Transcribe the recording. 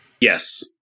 Yes